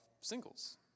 singles